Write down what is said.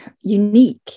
unique